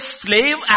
slave